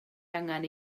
angen